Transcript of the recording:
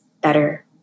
better